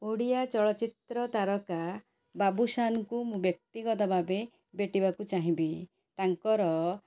ଓଡ଼ିଆ ଚଳଚ୍ଚିତ୍ର ତାରକା ବାବୁଶାନଙ୍କୁ ମୁଁ ବ୍ୟକ୍ତିଗତ ଭାବେ ଭେଟିବାକୁ ଚାହିଁବି ତାଙ୍କର